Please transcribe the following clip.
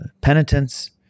penitence